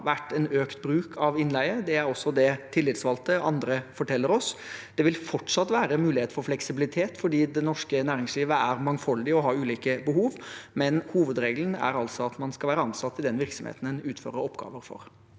vært en økt bruk av innleie, og det er også det tillitsvalgte og andre forteller oss. Det vil fortsatt være mulighet for fleksibilitet, fordi det norske næringslivet er mangfoldig og har ulike behov, men hovedregelen er at man skal være ansatt i den virksomheten en utfører oppgaver for.